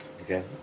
Okay